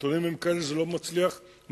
הנתונים הם כאלה שזה לא מצליח מספיק,